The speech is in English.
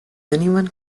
anyone